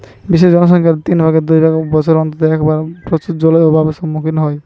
বিশ্বের জনসংখ্যার তিন ভাগের দু ভাগ বছরের অন্তত এক মাস প্রচুর জলের অভাব এর মুখোমুখী হয়